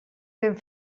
ben